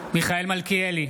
מיכאל מלכיאלי,